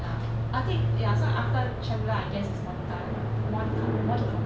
ya I think ya so after chandler I guess it's monica monica monica